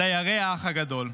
דיירי האח הגדול.